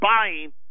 buying